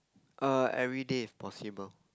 err everyday if possible